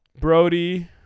brody